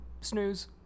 snooze